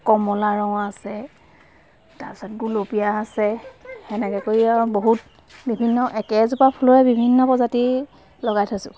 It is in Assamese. কমলা ৰং আছে তাৰপিছত গুলপীয়া আছে সেনেকৈ কৰি আৰু বহুত বিভিন্ন একেজোপা ফুলৰে বিভিন্ন প্ৰজাতি লগাই থৈছোঁ